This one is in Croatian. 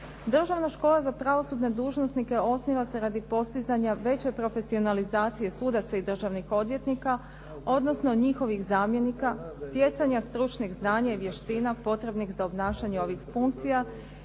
Državna škola za pravosudne dužnosnike osniva se radi postizanja veće profesionalizacije sudaca i državnih odvjetnika, odnosno njihovih zamjenika, stjecanje stručnih znanja i vještina potrebnih za obnašanje ovih funkcija